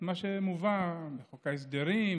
את מה שמובא בחוק ההסדרים,